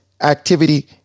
activity